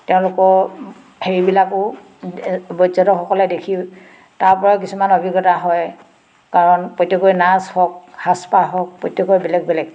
তেওঁলোকৰ হেৰিবিলাকো পৰ্যটকসকলে দেখি তাৰ পৰাও কিছুমান অভিজ্ঞতা হয় কাৰণ প্ৰত্যেকৰে নাচ হওক সাজপাৰ হওক প্ৰত্যেকৰে বেলেগ বেলেগ